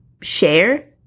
share